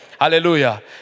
Hallelujah